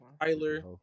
Tyler